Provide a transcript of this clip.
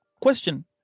Question